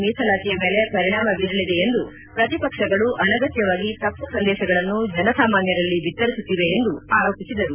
ಮೀಸಲಾತಿಯ ಮೇಲೆ ಪರಿಣಾಮ ಬೀರಲಿದೆ ಎಂದು ಪ್ರತಿಪಕ್ಷಗಳು ಅನಗತ್ಯವಾಗಿ ತಪ್ಪು ಸಂದೇಶಗಳನ್ನು ಜನಸಾಮಾನ್ಯರಲ್ಲಿ ಬಿತ್ತರಿಸುತ್ತಿವೆ ಎಂದು ಆರೋಪಿಸಿದರು